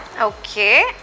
Okay